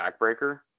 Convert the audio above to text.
backbreaker